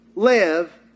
live